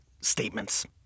statements